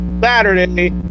Saturday